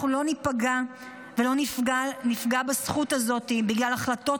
אנחנו לא נפגע בזכות הזאת בגלל החלטות